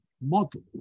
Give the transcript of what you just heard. model